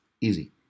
Easy